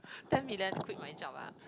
ten million quit my job ah